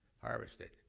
harvested